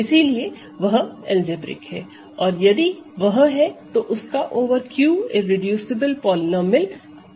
इसलिए वह अलजेब्रिक है और यदि वह है तो उसका ओवर Q इररेडूसिबल पॉलीनोमिअल क्या है